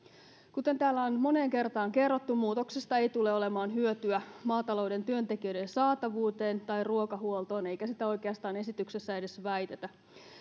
kuten täällä on moneen kertaan kerrottu muutoksesta ei tule olemaan hyötyä maatalouden työntekijöiden saatavuuteen tai ruokahuoltoon eikä sitä oikeastaan esityksessä edes väitetä